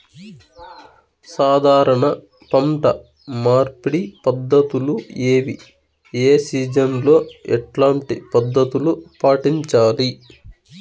సాధారణ పంట మార్పిడి పద్ధతులు ఏవి? ఏ సీజన్ లో ఎట్లాంటి పద్ధతులు పాటించాలి?